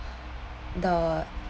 the